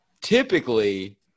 typically